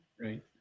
Right